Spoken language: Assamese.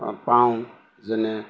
পাওঁ যেনে